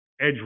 edge